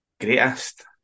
greatest